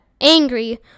Angry